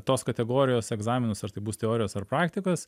tos kategorijos egzaminus ar tai bus teorijos ar praktikos